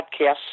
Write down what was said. podcasts